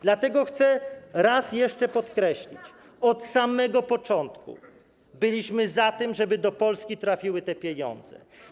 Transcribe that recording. Dlatego chcę raz jeszcze podkreślić: od samego początku byliśmy za tym, żeby do Polski trafiły te pieniądze.